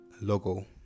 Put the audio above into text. logo